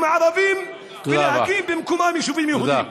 הערביים ולהקים במקומם יישובים יהודיים.